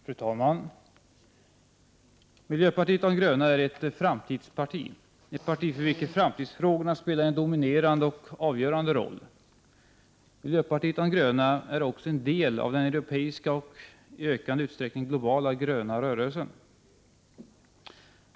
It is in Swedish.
Fru talman! Miljöpartiet de gröna är ett framtidsparti, ett parti för vilket framtidsfrågorna spelar en dominerande och avgörande roll. Miljöpartiet de gröna är också en del av den europeiska och i ökad utsträckning globala gröna rörelsen.